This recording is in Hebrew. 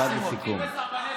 משפט לסיכום.